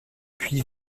puits